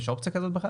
יש אופציה כזאת בכלל?